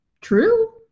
true